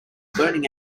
burning